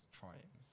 trying